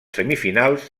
semifinals